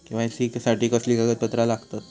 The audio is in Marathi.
के.वाय.सी साठी कसली कागदपत्र लागतत?